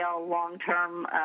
long-term